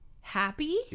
Happy